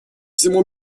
всему